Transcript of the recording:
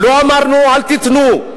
לא אמרנו: אל תיתנו.